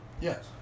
Yes